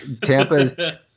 Tampa